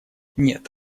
нет